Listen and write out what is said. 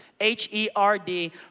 H-E-R-D